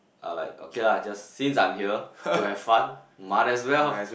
orh like okay lah just since I am here to have fun might as well